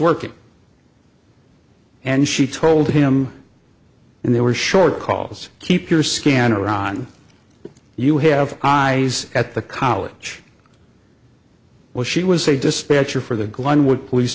working and she told him and there were short calls keep your scanner on you have i was at the college was she was a dispatcher for the glenwood police